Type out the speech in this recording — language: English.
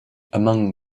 among